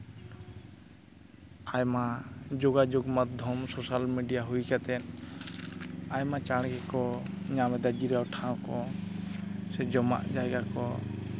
ᱟᱭᱢᱟ ᱡᱳᱜᱟᱡᱳᱜᱽ ᱢᱟᱫᱽᱫᱷᱚᱢ ᱥᱳᱥᱟᱞ ᱢᱮᱰᱤᱭᱟ ᱦᱩᱭ ᱠᱟᱛᱮ ᱟᱭᱢᱟ ᱪᱟᱬ ᱜᱮᱠᱚ ᱧᱟᱢᱮᱫᱟ ᱡᱤᱨᱟᱹᱣ ᱴᱷᱟᱶ ᱠᱚ ᱥᱮ ᱡᱚᱢᱟᱜ ᱡᱟᱭᱜᱟ ᱠᱚ